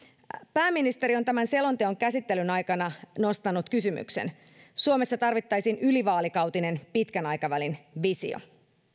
pääministeri on tämän selonteon käsittelyn aikana nostanut kysymyksen suomessa tarvittaisiin ylivaalikautinen pitkän aikavälin visio